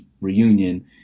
reunion